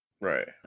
Right